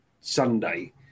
Sunday